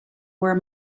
where